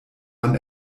man